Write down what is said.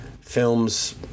Films